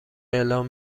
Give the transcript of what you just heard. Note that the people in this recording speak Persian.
اعلام